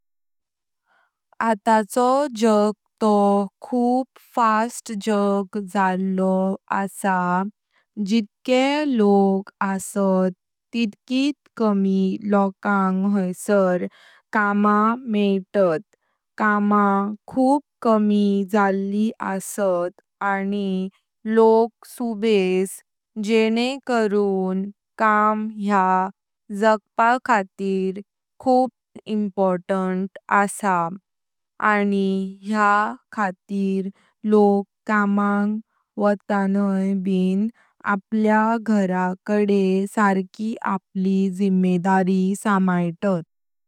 आताचो जग तो खूब फास्ट जग जल्लो आसा। जितके लोक आस्त तितकीत कमी लोकांग हैंसर काम मेइतात। काम खूबा कमी जल्ली आस्त आनि लोक सुबेसे जेनेंकारून काम या जगपाक खातीर खूब इम्पॉर्टन्ट आसा। आनि या खातीर लोक कामां वचणाइ ब आपल्या घर कडे सारकी आपली जिम्मेदारी समैतात।